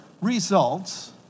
results